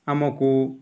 ଆମକୁ